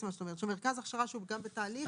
שמרכז הכשרה שהוא גם בתהליך,